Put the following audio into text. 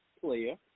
player